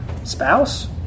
Spouse